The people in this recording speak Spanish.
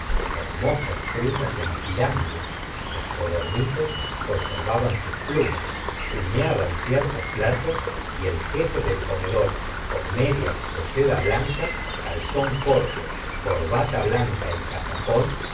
hermosas frutas en pirámides las codornices conservaban sus plumas humeaban ciertos platos y el jefe del comedor con medias de seda blanca calzón corto corbata blanca y casacón